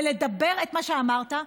ולדבר את מה שאמרת,